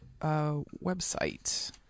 website